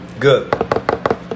Good